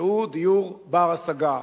והוא דיור בר-השגה.